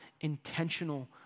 intentional